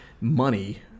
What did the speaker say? Money